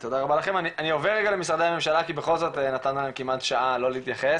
אני עובר רגע למשרדי הממשלה כי בכל זאת נתנו להם כמעט שעה לא להתייחס,